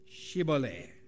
Shibboleth